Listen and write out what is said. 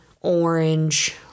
orange